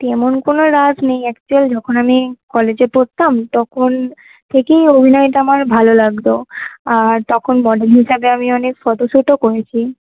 তেমন কোনো রাজ নেই অ্যাকচুয়ালি যখন আমি কলেজে পড়তাম তখন থেকেই অভিনয়টা আমার ভালো লাগতো আর তখন মডেল হিসাবে আমি অনেক ফটোশুটও করেছি